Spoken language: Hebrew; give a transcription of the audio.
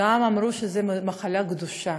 גם אמרו שזאת מחלה קדושה.